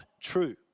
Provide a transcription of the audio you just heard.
true